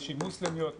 נשים מוסלמיות,